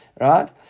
right